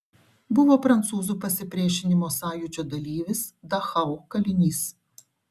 buvo prancūzų pasipriešinimo sąjūdžio dalyvis dachau kalinys